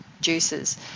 juices